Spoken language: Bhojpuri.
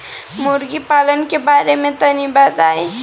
मुर्गी पालन के बारे में तनी बताई?